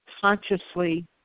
consciously